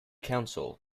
council